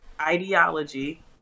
ideology